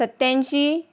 सत्याऐंशी